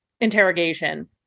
interrogation